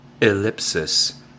Ellipsis